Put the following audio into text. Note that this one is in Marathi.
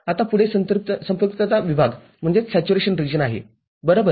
आतापुढे संपृक्तता विभाग आहे बरोबर